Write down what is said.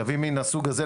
כלבים מהסוג הזה,